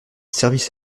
service